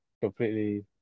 completely